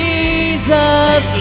Jesus